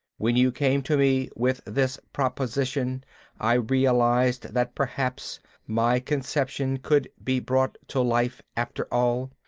when you came to me with this proposition i realized that perhaps my conception could be brought to life, after all.